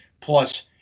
plus